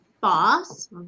Boss